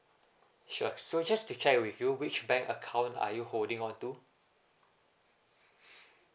sure so just to check with you which bank account are you holding on to